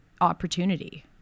opportunity